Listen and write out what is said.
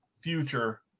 future